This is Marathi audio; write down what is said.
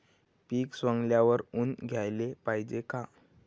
पीक सवंगल्यावर ऊन द्याले पायजे का?